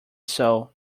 soul